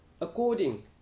according